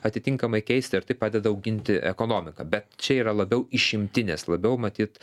atitinkamai keisti ar tai padeda auginti ekonomiką be čia yra labiau išimtinės labiau matyt